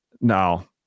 No